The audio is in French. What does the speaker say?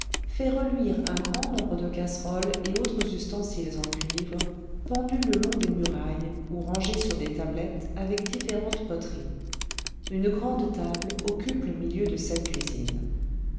fait reluire un grand nombre de casseroles et autres ustensiles en cuivre pendus le long des murailles ou rangés sur des tablettes avec différentes poteries une grande table occupe le milieu de cette cuisine